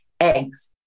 eggs